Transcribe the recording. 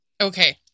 okay